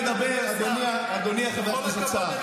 אדוני, אדוני חבר הכנסת סער.